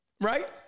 right